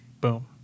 boom